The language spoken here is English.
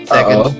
Second